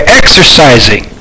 exercising